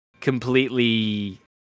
completely